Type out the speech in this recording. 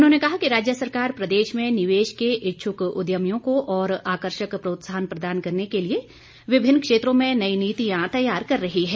उन्होंने कहा कि राज्य सरकार प्रदेश में निवेश के इच्छुक उद्यमियों को और आकर्षक प्रोत्साहन प्रदान करने के लिए विभिन्न क्षेत्रों में नई नीतियां तैयार कर रही हैं